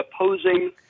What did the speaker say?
opposing